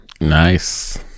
Nice